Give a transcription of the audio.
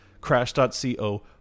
crash.co